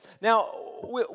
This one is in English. Now